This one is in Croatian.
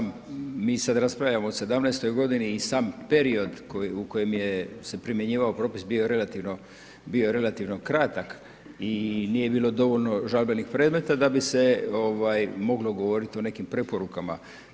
Mi sada raspravljamo o '17.-oj godini i sam period u kojem se primjenjivao propis bio je relativno, bio je relativno kratak i nije bilo dovoljno žalbenih predmeta da bi se moglo govoriti o nekim preporukama.